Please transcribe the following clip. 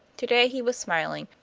to-day he was smiling,